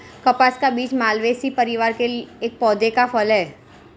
कपास का बीज मालवेसी परिवार के एक पौधे का फल है